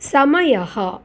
समयः